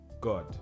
god